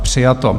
Přijato.